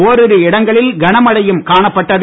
ஓரிரு இடங்களில் கனமழையும் காணப்பட்டது